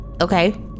Okay